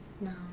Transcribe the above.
No